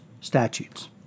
statutes